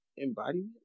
Embodiment